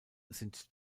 sind